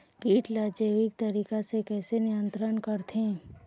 कीट ला जैविक तरीका से कैसे नियंत्रण करथे?